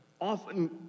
often